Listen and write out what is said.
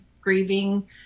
grieving